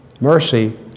mercy